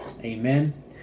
Amen